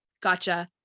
Gotcha